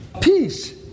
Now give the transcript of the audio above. Peace